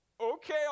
Okay